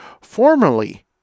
Formerly